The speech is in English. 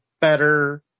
better